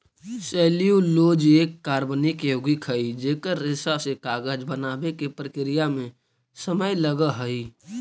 cellulose एक कार्बनिक यौगिक हई जेकर रेशा से कागज बनावे के प्रक्रिया में समय लगऽ हई